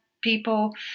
people